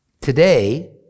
Today